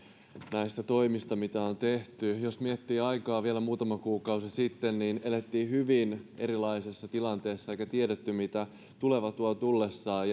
näistä toimista mitä on tehty jos miettii aikaa vielä muutama kuukausi sitten niin elettiin hyvin erilaisessa tilanteessa eikä tiedetty mitä tuleva tuo tullessaan